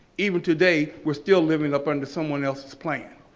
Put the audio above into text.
even today, we're still living up under someone else's plan.